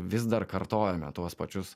vis dar kartojame tuos pačius